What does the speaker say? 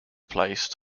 placed